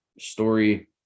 story